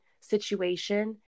situation